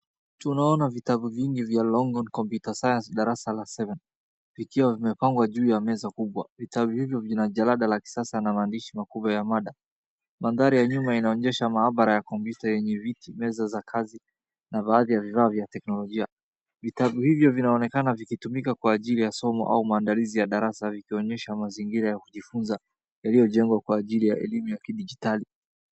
Tunaona vitabu vingi vya longhorn computer science darasa la seven vikiwa vimepangwa juu ya meza kubwa. Vitabu hivyo vina jalada la kisasa na maandishi makubwa ya mada. Mandhari ya nyuma inaonyesha maabara ya komputa yenye viti, meza za kazi na baadhi ya vifaa vya teknologia. Vitabu hivyo vinaonekana vikitumika kwa ajili ya somo au maandalizi ya darasa lililoonyesha mazingira ya kujifunza lililojengwa kwa ajili ya elimu ya kidijitali.